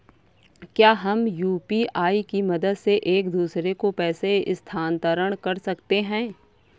क्या हम यू.पी.आई की मदद से एक दूसरे को पैसे स्थानांतरण कर सकते हैं?